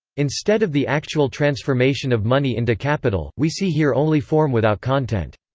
instead of the actual transformation of money into capital, we see here only form without content.